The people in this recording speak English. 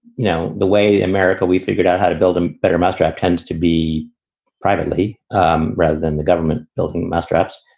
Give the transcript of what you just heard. you know, the way america we figured out how to build a better mousetrap tends to be privately um rather than the government building mousetraps. so